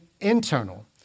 internal